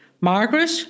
Margaret